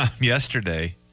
yesterday